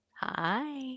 Hi